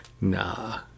nah